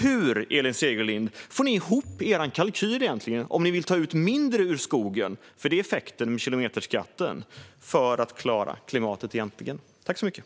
Hur, Elin Segerlind, får ni egentligen ihop er kalkyl om ni vill ta ut mindre ur skogen för att klara klimatet? Det är effekten med kilometerskatten.